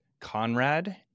Conrad